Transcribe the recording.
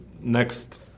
next